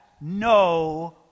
no